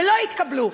ולא התקבלו.